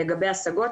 לגבי השגות,